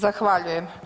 Zahvaljujem.